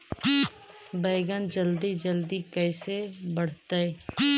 बैगन जल्दी जल्दी कैसे बढ़तै?